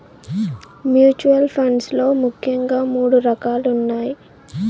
mutual funds లో ముఖ్యంగా మూడు రకాలున్నయ్